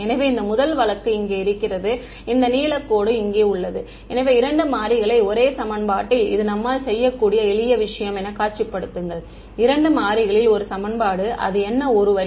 எனவே இந்த முதல் வழக்கு இங்கே இருக்கிறது இந்த நீலக்கோடு இங்கே உள்ளது எனவே இரண்டு மாறிகளை ஒரே சமன்பாட்டில் இது நம்மால் செய்யக்கூடிய எளிய விஷயம் என காட்சிப்படுத்துங்கள் இரண்டு மாறிகளில் ஒரு சமன்பாடு அது என்ன ஒரு வரி